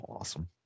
awesome